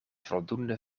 voldoende